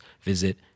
visit